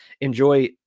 enjoy